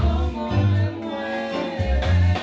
oh my goodness